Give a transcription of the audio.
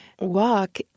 walk